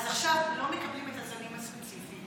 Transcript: אז עכשיו לא מקבלים את הזנים הספציפיים.